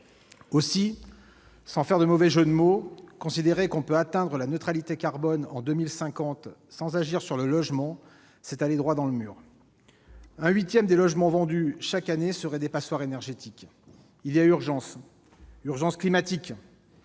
Aussi, sans faire de mauvais jeu de mots, considérer qu'on peut atteindre la neutralité carbone en 2050 sans agir sur le logement, c'est aller droit dans le mur. Alors qu'un huitième des logements vendus chaque année seraient des passoires énergétiques, il y a urgence : urgence climatique,